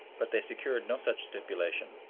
but they secured no such stipulation,